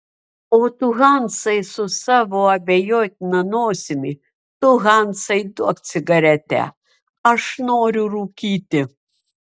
o tu hansai su savo abejotina nosimi tu hansai duok cigaretę aš noriu rūkyti